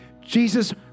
Jesus